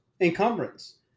encumbrance